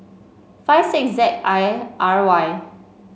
five six Z I R Y